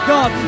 God